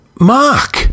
mark